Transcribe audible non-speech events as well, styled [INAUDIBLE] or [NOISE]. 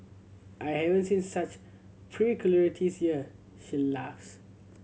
I haven't seen such [UNINTELLIGIBLE] here she laughs